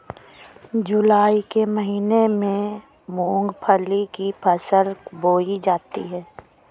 जूलाई के महीने में मूंगफली की फसल बोई जाती है